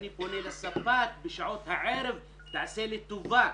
אני פונה לספק בשעות הערב: תעשה לי טובה.